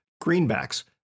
Greenbacks